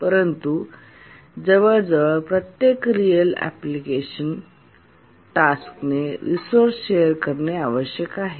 परंतु नंतर जवळजवळ प्रत्येक रिअल अँप्लिकेशन टास्कने रिसोर्सेस शेअर करणे आवश्यक आहे